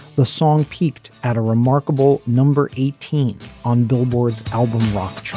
the song peaked at a remarkable number eighteen on billboards album rock